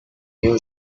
new